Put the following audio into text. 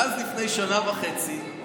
ואז לפני שנה וחצי,